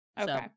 Okay